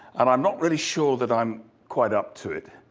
and i'm not really sure that i'm quite up to it.